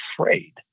afraid